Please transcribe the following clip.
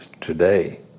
Today